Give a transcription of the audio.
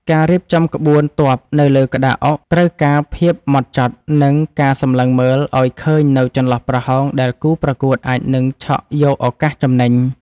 ការរៀបចំក្បួនទ័ពនៅលើក្តារអុកត្រូវការភាពហ្មត់ចត់និងការសម្លឹងមើលឱ្យឃើញនូវចន្លោះប្រហោងដែលគូប្រកួតអាចនឹងឆក់យកឱកាសចំណេញ។